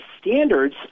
standards